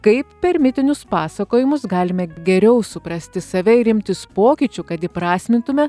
kaip per mitinius pasakojimus galime geriau suprasti save ir imtis pokyčių kad įprasmintume